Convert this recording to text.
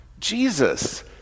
Jesus